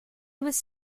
was